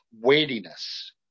weightiness